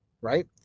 right